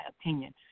opinion